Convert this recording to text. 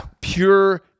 pure